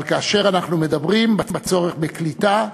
אבל כאשר אנחנו מדברים בצורך בקליטה,